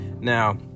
Now